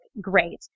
great